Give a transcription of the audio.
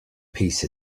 peace